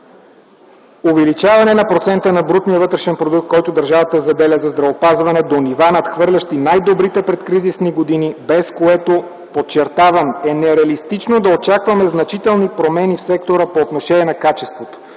Увеличаване на процента на брутния вътрешен продукт, който държавата заделя за здравеопазване, до нива, надхвърлящи най-добрите предкризисни години, без което, подчертавам, е нереалистично да очакваме значителни промени в сектора по отношение на качеството.